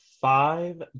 five